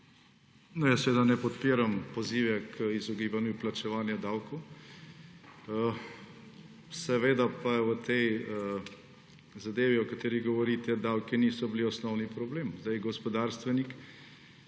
jaz seveda ne podpiram pozive k izogibanju plačevanja davkov. Seveda pa v tej zadevi, o kateri govorite, davki niso bili osnovni problem. Gospodarstvenik,